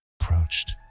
Approached